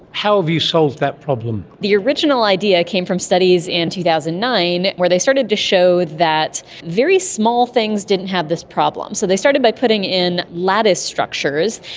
how have you solved that problem? the original idea came from studies in two thousand and nine where they started to show that very small things didn't have this problem. so they started by putting in lattice structures,